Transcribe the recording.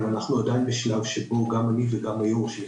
אבל אנחנו עדיין בשלב שבו גם אני וגם יושב הראש של רשות